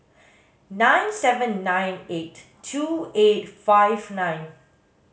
nine seven nine eight two eight five nine